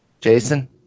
Jason